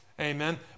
amen